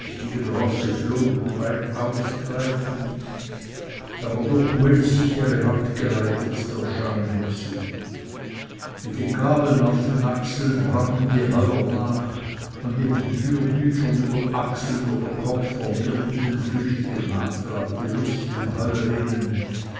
rosse flogen weit ausgreifend aber durch ulis sichere hand geleitet der scheune zu mit den gabeln auf den achseln rannten die heuer nach und mit den fürtüchern über achseln oder kopf formierten den flüchtigen nachtrab die lustigen